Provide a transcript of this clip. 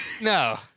No